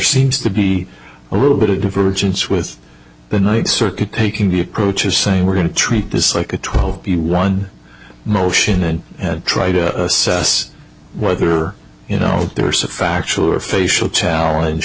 seems to be a little bit of divergence with the night circuit taking the approaches saying we're going to treat this like a twelve one motion and try to assess whether you know there's a factual or facial challenge